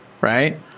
right